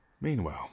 Meanwhile